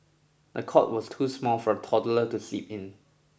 the cot was too small for the toddler to sleep in